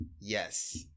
yes